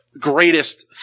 greatest